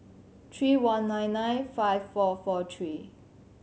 three one nine nine five four four three